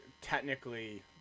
Technically